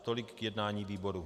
Tolik k jednání výboru.